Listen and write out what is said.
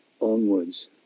onwards